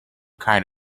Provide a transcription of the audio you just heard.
kind